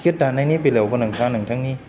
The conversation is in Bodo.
टिकिट दाननायनि बेलायावबो नोंथाङा नोंथांनि